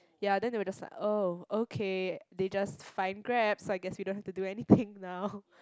ya then they were just like they oh okay they just fine Grab so I guess we don't have to do anything now